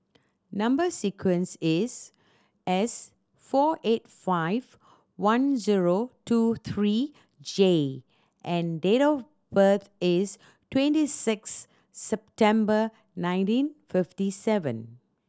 number sequence is S four eight five one zero two three J and date of birth is twenty six September nineteen fifty seven